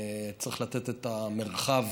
צריך לתת את המרחב